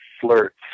flirts